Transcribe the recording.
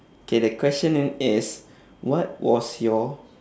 okay the question i~ is what was your